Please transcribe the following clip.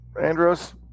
andros